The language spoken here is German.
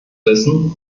wissen